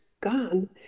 gone